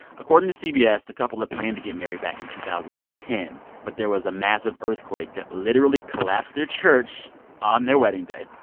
according to cbs, the couple had planned to get married back in two thousand and ten, but there was a massive earthquake that literally collapsed their church on their wedding day.